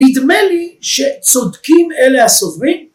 ‫נדמה לי שצודקים אלה הסוברים.